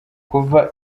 kuva